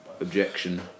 objection